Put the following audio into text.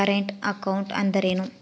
Current account ಅಂದರೇನು?